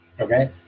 Okay